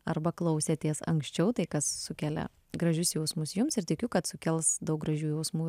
arba klausėtės anksčiau tai kas sukelia gražius jausmus jums ir tikiu kad sukels daug gražių jausmų